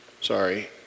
Sorry